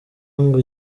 ngo